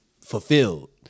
fulfilled